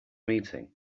meeting